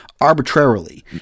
arbitrarily